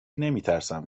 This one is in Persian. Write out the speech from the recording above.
نمیترسم